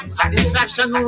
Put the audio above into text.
satisfaction